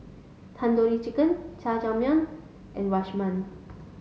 Tandoori Chicken Jajangmyeon and Rajma